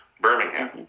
Birmingham